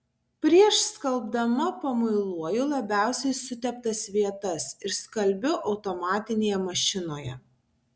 prieš skalbdama pamuiluoju labiausiai suteptas vietas ir skalbiu automatinėje mašinoje